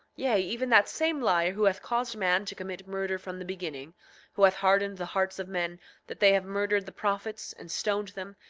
yea, even that same liar who hath caused man to commit murder from the beginning who hath hardened the hearts of men that they have murdered the prophets, and stoned them,